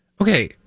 okay